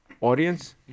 audience